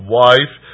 wife